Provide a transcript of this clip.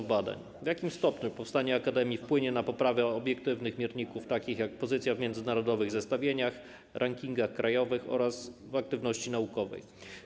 W jakim stopniu powstanie akademii wpłynie na poprawę obiektywnych mierników, takich jak pozycja w międzynarodowych zestawieniach, rankingach krajowych oraz w aktywności naukowej?